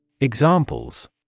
Examples